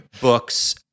books